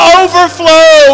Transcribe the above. overflow